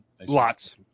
Lots